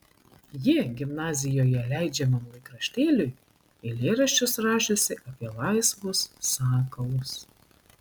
ji gimnazijoje leidžiamam laikraštėliui eilėraščius rašiusi apie laisvus sakalus